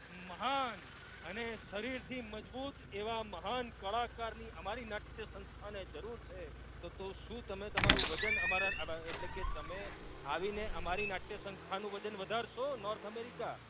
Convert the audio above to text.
મહાન અને શરીરથી મજબૂત એવા મહાન કળાકારની અમારી નાટ્ય સંસ્થાને જરૂર છે તો તો શું તમે તમારું વજન અમારા એટલે કે તમે આવીને અમારી નાટ્ય સંસ્થાનું વજન વધારશો નોર્થ અમેરિકા